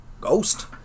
ghost